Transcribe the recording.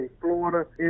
Florida